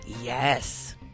Yes